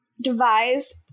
devised